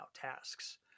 tasks